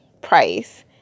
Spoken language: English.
price